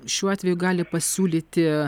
šiuo atveju gali pasiūlyti